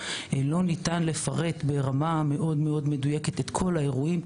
לא ניתן לפרט ברמה מאוד מאוד מדויקת את כל האירועים,